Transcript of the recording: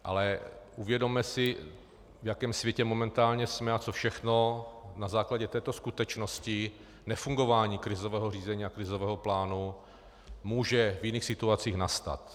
Ale uvědomme si, v jakém světě momentálně jsme a co všechno na základě této skutečnosti nefungování krizového řízení a krizového plánu může v jiných situacích nastat.